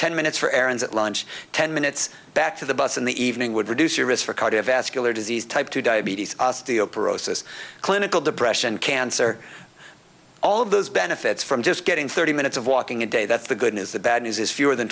ten minutes for errands at lunch ten minutes back to the bus in the evening would reduce your risk for cardiovascular disease type two diabetes clinical depression cancer all of those benefits from just getting thirty minutes of walking a day that's the good news the bad news is fewer th